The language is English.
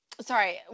sorry